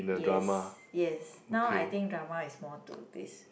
yes yes now I think drama is more to this